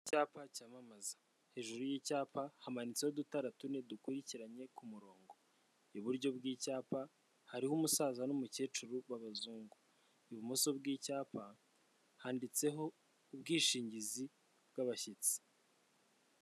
Icyapa cyamamaza hejuru y'icyapa hamanitseho udutara tune dukurikiranye ku kumurongo, iburyo bw'icyapa hariho umusaza n'umukecuru b'abazungu, ibumoso bw'icyapa handitseho ubwishingizi bw'abashyitsi.